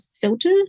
filter